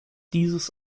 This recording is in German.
dieses